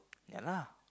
yeah lah